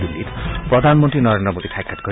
দিল্লীত প্ৰধানমন্ত্ৰী নৰেন্দ্ৰ মোদীক সাক্ষাৎ কৰিব